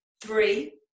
Three